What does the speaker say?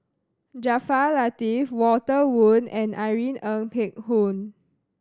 Jaafar Latiff Walter Woon and Irene Ng Phek Hoong